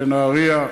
לנהריה,